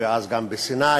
ואז גם בסיני,